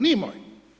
Nije moj.